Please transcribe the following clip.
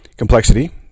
Complexity